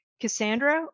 Cassandra